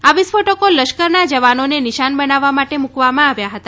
આ વિસ્ફોટકો લશ્કરનાં જવાનોને નિશાન બનાવવા માટે મુકવામાં આવ્યા હતા